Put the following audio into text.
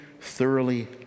thoroughly